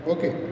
Okay